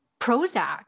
prozac